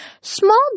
Small